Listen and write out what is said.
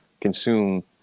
consume